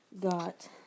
Got